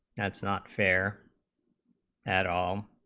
that's not fair at all i